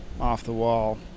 off-the-wall